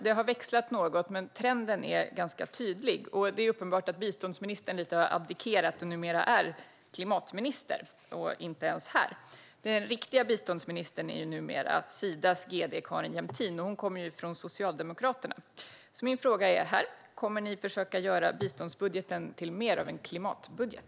Det har växlat något, men trenden är ganska tydlig. Det är uppenbart att biståndsministern lite har abdikerat och numera är klimatminister och inte ens är här. Den riktiga biståndsministern är numera Sidas gd Carin Jämtin, och hon kommer ju från Socialdemokraterna. Min fråga är: Kommer ni att försöka göra biståndsbudgeten till mer av en klimatbudget?